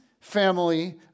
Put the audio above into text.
family